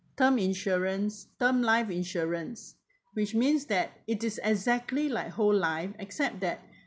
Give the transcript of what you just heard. term insurance term life insurance which means that it is exactly like whole life except that